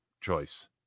choice